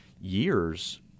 years